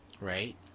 Right